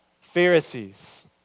Pharisees